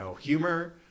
humor